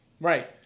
Right